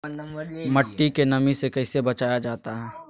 मट्टी के नमी से कैसे बचाया जाता हैं?